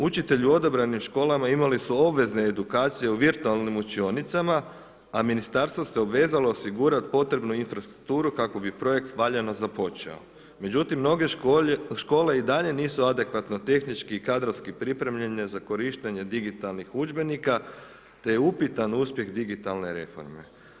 Učitelji u odabranim školama imali su obvezne edukacije u virtualnim učionicama a ministarstvo se obvezalo osigurati potrebu infrastrukturu kako bi projekt valjano započeo međutim mnoge škole i dalje nisu adekvatno tehnički i kadrovski pripremljene za korištenje digitalnih udžbenika te je upitan uspjeh digitalne reforme.